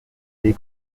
les